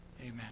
Amen